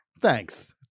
thanks